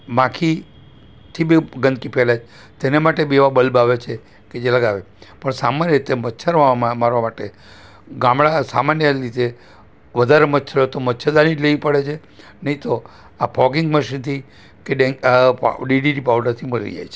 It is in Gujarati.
માખીથી બી ગંદકી ફેલાય તેના માટે બી એવા બલ્બ આવે છે કે જે લગાવે પણ સામાન્ય રીતે મચ્છર મારવા માટે ગામડાં સામન્ય રીતે વધારે મચ્છર હોય તો મચ્છરદાની જ લેવી પડે છે નહીં તો આ ફોગિંગ મશીનથી કે ડીડીટી પાવડરથી મરી જાય છે